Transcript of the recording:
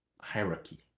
hierarchy